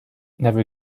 never